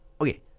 Okay